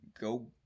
Go